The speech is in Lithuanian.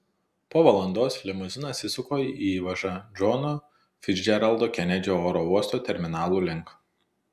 po valandos limuzinas įsuko į įvažą džono ficdžeraldo kenedžio oro uosto terminalų link